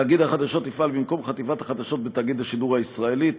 תאגיד החדשות יפעל במקום חטיבת החדשות בתאגיד השידור הישראלי.